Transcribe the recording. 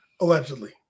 Allegedly